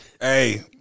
Hey